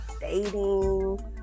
dating